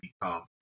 become